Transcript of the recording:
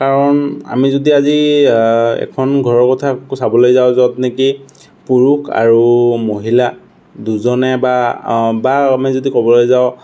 কাৰণ আমি যদি আজি এখন ঘৰৰ কথা চাবলৈ যাওঁ য'ত নেকি পুৰুষ আৰু মহিলা দুজনে বা বা আমি যদি ক'বলৈ যাওঁ